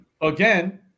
Again